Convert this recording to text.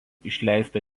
išleista